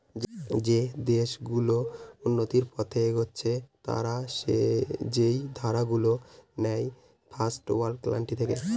যে দেশ গুলো উন্নতির পথে এগচ্ছে তারা যেই ধার গুলো নেয় ফার্স্ট ওয়ার্ল্ড কান্ট্রি থেকে